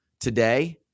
Today